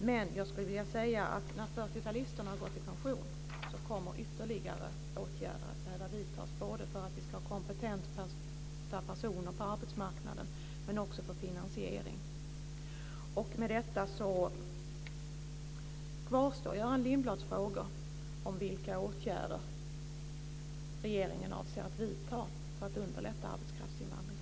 Men jag skulle vilja säga att när 40-talisterna har gått i pension kommer ytterligare åtgärder att behöva vidtas för att vi ska ha kompetenta personer på arbetsmarknaden men också för finansieringen. Med detta kvarstår Göran Lindblads frågor om vilka åtgärder regeringen avser att vidta för att underlätta arbetskraftsinvandring.